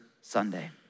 Sunday